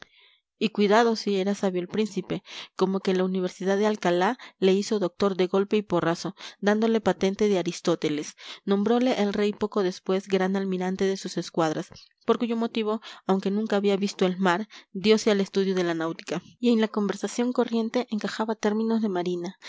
y cuidado si era sabio el príncipe como que la universidad de alcalá le hizo doctor de golpe y porrazo dándole patente de aristóteles nombrole el rey poco después gran almirante de sus escuadras por cuyo motivo aunque nunca había visto el mar diose al estudio de la náutica y en la conversación corriente encajaba términos de marina